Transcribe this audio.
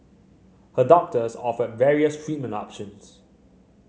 her doctors offered various treatment options